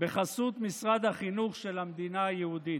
בחסות משרד החינוך של המדינה היהודית.